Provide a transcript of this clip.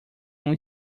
uma